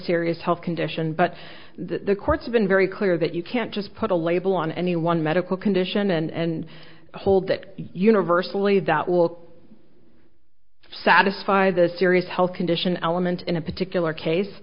serious health condition but the court's been very clear that you can't just put a label on any one medical condition and hold that universally that will satisfy the serious health condition element in a particular case